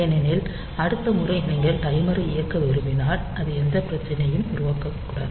ஏனெனில் அடுத்த முறை நீங்கள் டைமரை இயக்க விரும்பினால் அது எந்த பிரச்சனையும் உருவாக்கக்கூடாது